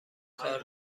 کار